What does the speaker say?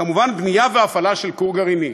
כמובן, בנייה והפעלה של כור גרעיני,